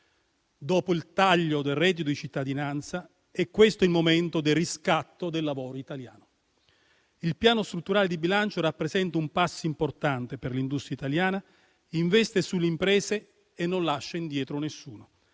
Dopo il taglio del reddito di cittadinanza, è questo il momento del riscatto del lavoro italiano. Il Piano strutturale di bilancio rappresenta un passo importante per l'industria italiana, investe sulle imprese e non lascia indietro nessuno.